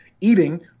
eating